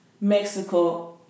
Mexico